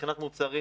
מבחינת מוצרים,